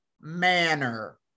manner